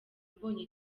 mbonye